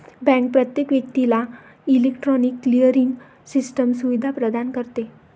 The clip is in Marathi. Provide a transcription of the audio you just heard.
बँक प्रत्येक व्यक्तीला इलेक्ट्रॉनिक क्लिअरिंग सिस्टम सुविधा प्रदान करते